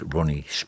Ronnie